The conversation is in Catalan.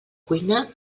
cuina